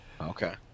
Okay